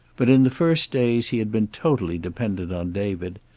but in the first days he had been totally dependent on david,